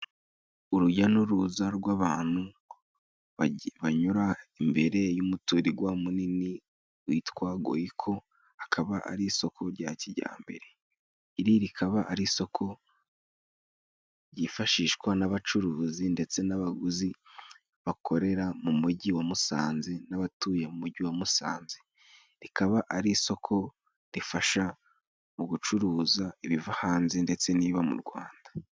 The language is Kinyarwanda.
Urujya n'uruza rw'abantu banyura imbere y'umuturirwa munini witwa Goyiko, akaba ari isoko rya kijyambere. Iri rikaba ari isoko ryifashishwa n'abacuruzi ndetse n'abaguzi bakorera mu mujyi wa Musanze, n'abatuye mu mujyi wa Musanze. Rikaba ari isoko rifasha mu gucuruza ibiva hanze ndetse n'ibiba mu Rwanda.